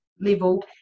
level